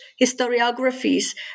historiographies